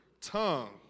tongue